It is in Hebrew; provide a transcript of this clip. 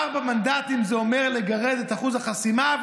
ארבעה מנדטים זה אומר לגרד את אחוז החסימה,